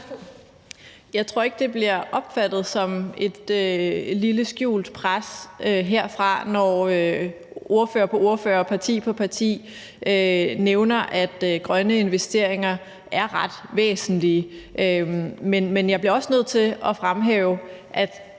Jeg tror ikke, det bliver opfattet som et lille skjult pres herfra, når ordfører på ordfører og parti på parti nævner, at grønne investeringer er ret væsentlige. Men jeg bliver også nødt til at fremhæve, at